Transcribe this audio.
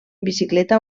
bicicleta